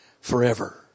forever